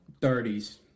Thirties